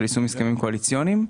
של יישום הסכמים קואליציוניים.